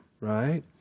right